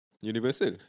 Universal